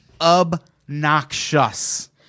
obnoxious